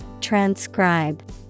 Transcribe